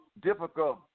difficult